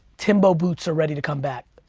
timbo boots are ready to come back,